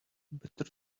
better